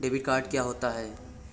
Debit card क्या होता है?